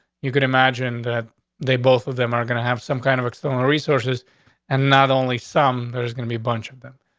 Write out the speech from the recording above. you could imagine that they, both of them, are gonna have some kind of external resource is and not only some there's gonna be a bunch of them.